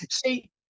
see